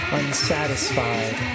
unsatisfied